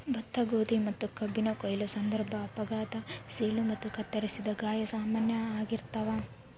ಭತ್ತ ಗೋಧಿ ಮತ್ತುಕಬ್ಬಿನ ಕೊಯ್ಲು ಸಂದರ್ಭ ಅಪಘಾತ ಸೀಳು ಮತ್ತು ಕತ್ತರಿಸಿದ ಗಾಯ ಸಾಮಾನ್ಯ ಆಗಿರ್ತಾವ